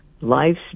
Life's